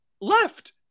left